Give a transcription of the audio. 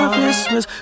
Christmas